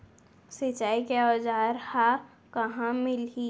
सिंचाई के औज़ार हा कहाँ मिलही?